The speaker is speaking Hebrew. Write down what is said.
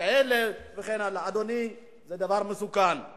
כשאתם תעבירו את החוק, שכאלה, שאני מקווה שלא